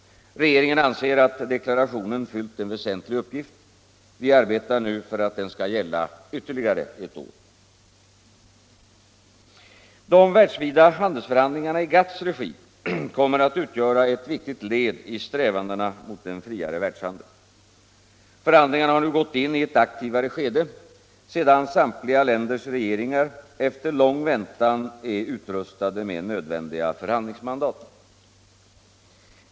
Regeringen anser att deklarationen fyllt en väsentlig uppgift. Vi arbetar nu för att den skall gälla ytterligare ett år. De världsvida handelsförhandlingarna i GATT:s regi kommer att utgöra ett viktigt led i strävandena mot en friare världshandel. Förhandlingarna har nu gått in i ett aktivare skede sedan samtliga länders regeringar efter lång väntan är utrustade med nödvändiga förhandlingsmandat.